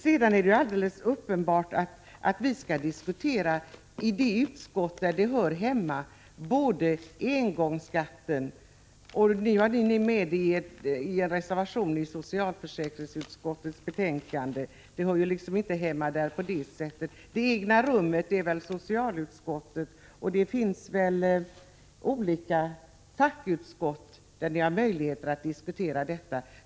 Helt klart är också att vi bör diskutera olika frågor i de utskott där de hör hemma. Ni hade en reservation om engångsskatten i socialförsäkringsutskottet, och den frågan hör inte hemma där. Frågan om det egna rummet hör väl hemma i socialutskottet. Det finns ju olika fackutskott där de olika frågorna skall diskuteras.